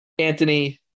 Anthony